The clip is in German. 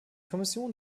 kommission